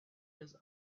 his